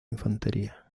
infantería